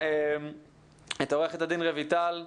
עו"ד רויטל כהן,